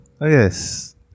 Yes